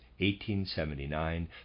1879